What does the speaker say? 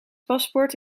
paspoort